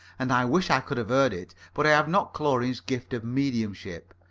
and i wish i could have heard it. but i have not chlorine's gift of mediumship.